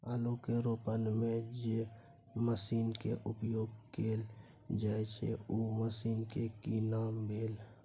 आलू के रोपय में जे मसीन के उपयोग कैल जाय छै उ मसीन के की नाम भेल?